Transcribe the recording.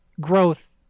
growth